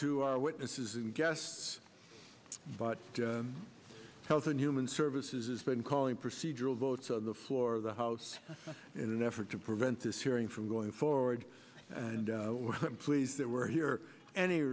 to our witnesses and guests but health and human services has been calling procedural votes on the floor of the house in an effort to prevent this hearing from going forward and please that we're here any